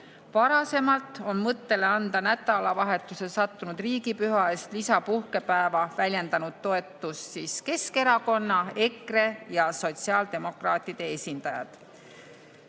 Varasemalt on mõttele anda nädalavahetusele sattunud riigipüha eest lisapuhkepäev väljendanud toetust Keskerakonna, EKRE ja sotsiaaldemokraatide esindajad.